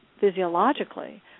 physiologically